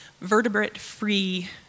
vertebrate-free